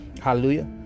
Hallelujah